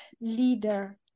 leader